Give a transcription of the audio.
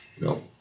No